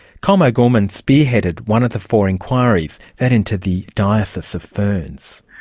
colm o'gorman spearheaded one of the four inquiries, that into the diocese of ferns.